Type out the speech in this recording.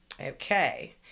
Okay